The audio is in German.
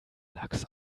lachs